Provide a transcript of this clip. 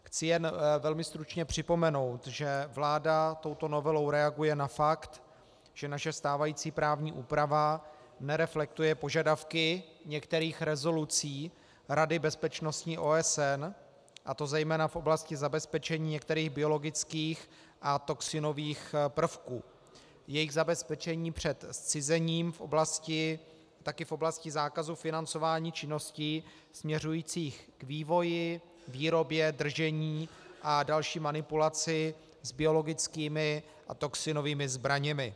Chci jen velmi stručně připomenout, že vláda touto novelou reaguje na fakt, že naše stávající právní úprava nereflektuje požadavky některých rezolucí Rady bezpečnosti OSN, a to zejména v oblasti zabezpečení některých biologických a toxinových prvků, jejich zabezpečení před zcizením, taky v oblasti zákazu financování činností směřujících k vývoji, výrobě, držení a další manipulaci s biologickými a toxinovými zbraněmi.